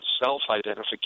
self-identification